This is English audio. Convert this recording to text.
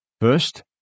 First